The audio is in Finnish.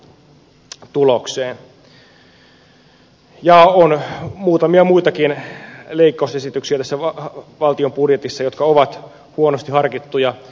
on tässä valtion budjetissa muutamia muitakin leikkausesityksiä jotka ovat huonosti harkittuja